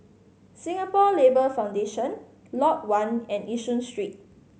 Singapore Labour Foundation Lot One and Yishun Street